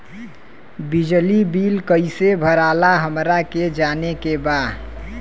बिजली बिल कईसे भराला हमरा के जाने के बा?